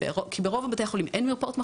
כי ברוב בתי החולים היום אין מרפאות מחלימים,